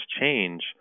change